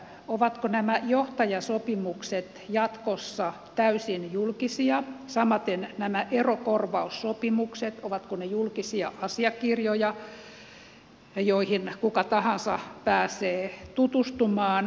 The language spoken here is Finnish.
ovatko nämä johtajasopimukset jatkossa täysin julkisia samaten nämä erokorvaussopimukset ovatko ne julkisia asiakirjoja joihin kuka tahansa pääsee tutustumaan